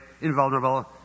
invulnerable